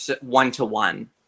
one-to-one